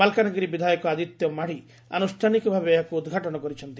ମାଲକାନଗିରି ବିଧାୟକ ଆଦିତ୍ୟ ମାଡି ଆନୁଷ୍କାନିକ ଭାବେ ଏହାକୁ ଉଦ୍ଘାଟନ କରିଛଡି